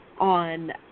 on